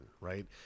right